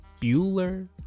Bueller